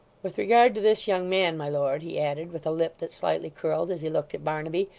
with regard to this young man, my lord he added, with a lip that slightly curled as he looked at barnaby,